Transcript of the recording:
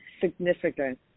significant